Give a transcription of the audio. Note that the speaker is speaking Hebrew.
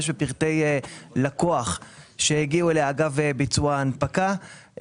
בפרטי לקוח שהגיעו אליה אגב ביצוע ההנפקה,